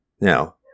now